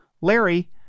Larry